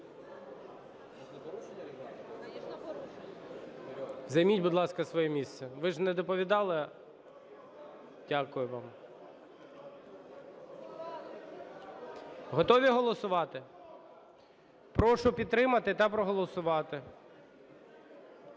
Займіть, будь ласка, своє місце, ви ж не доповідали. Дякую вам. Готові голосувати? Прошу підтримати та проголосувати.